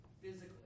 physically